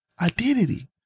identity